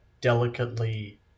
delicately